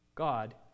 God